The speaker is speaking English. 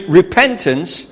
repentance